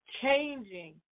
changing